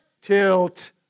Tilt